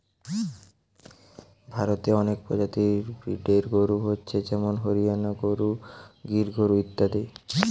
ভারতে অনেক প্রজাতির ব্রিডের গরু হচ্ছে যেমন হরিয়ানা গরু, গির গরু ইত্যাদি